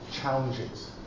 challenges